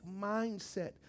mindset